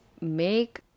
make